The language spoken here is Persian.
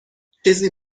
چیزی